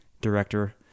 director